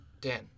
Dan